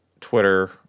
Twitter